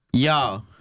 Yo